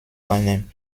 einem